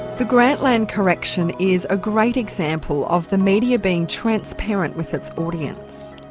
the grantland correction is a great example of the media being transparent with its audience.